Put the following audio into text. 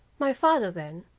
my father, then,